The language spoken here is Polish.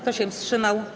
Kto się wstrzymał?